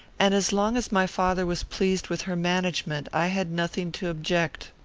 and, as long as my father was pleased with her management, i had nothing to object.